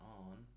on